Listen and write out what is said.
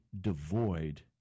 devoid